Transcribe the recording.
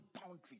boundaries